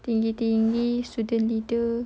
tinggi tinggi student leader